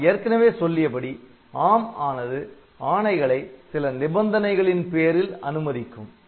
நான் ஏற்கனவே சொல்லியபடி ARM ஆனது ஆணைகளை சில நிபந்தனைகளின் பேரில் அனுமதிக்கும்